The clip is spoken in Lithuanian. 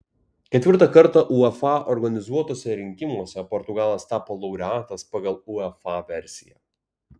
ketvirtą kartą uefa organizuotuose rinkimuose portugalas tapo laureatas pagal uefa versiją